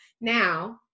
Now